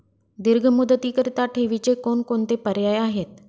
दीर्घ मुदतीकरीता ठेवीचे कोणकोणते पर्याय आहेत?